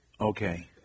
Okay